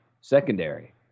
secondary